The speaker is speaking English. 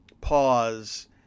pause